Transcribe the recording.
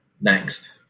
next